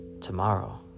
tomorrow